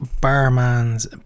Barman's